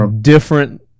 different